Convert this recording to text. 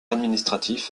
administratif